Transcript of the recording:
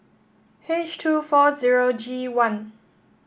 H two four zero G one